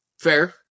Fair